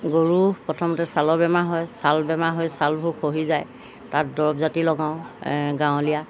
গৰু প্ৰথমতে ছালৰ বেমাৰ হয় ছালৰ বেমাৰ হৈ ছালবোৰ খহি যায় তাত দৰব জাতি লগাওঁ গাঁৱলীয়া